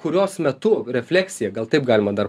kurios metu refleksija gal taip galima dar